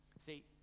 See